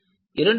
2